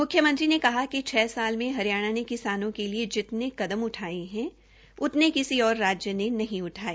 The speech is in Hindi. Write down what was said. मुख्यमंत्री ने कहा कि छ साल में हरियाणा ने किसानों के लिए जितने कदम उठाये है उतने किसी ओर राज्य ने नहीं उठाये